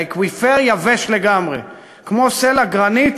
האקוויפר יבש לגמרי, כמו סלע גרניט.